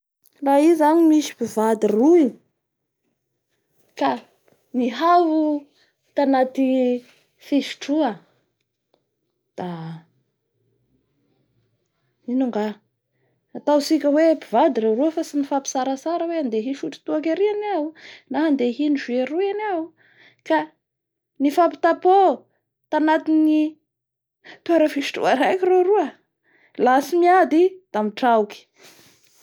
La i zany misy mpivady roy ka niharo tanaty fisotroa da ino anga ataontsika hoe mpivady reo roa fa tsy nifampy tsaratsara hoe handeha hisotro toaky ary any iaho na handeha hino jus ka nifampy tapon tanantin'ny toera fisotroa raiky reo roa laha tsy miady da mitraoky